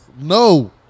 No